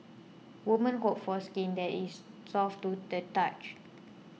women hope for skin that is soft to the touch